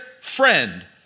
friend